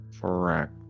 correct